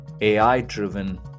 AI-driven